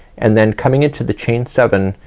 and then coming into the chain seven,